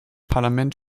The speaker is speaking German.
parlament